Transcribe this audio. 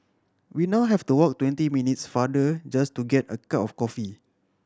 we now have to walk twenty minutes farther just to get a cup of coffee